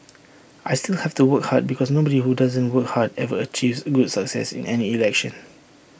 I still have to work hard because nobody who doesn't work hard ever achieves good success in any election